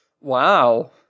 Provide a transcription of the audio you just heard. Wow